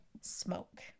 smoke